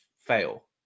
fail